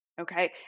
Okay